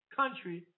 country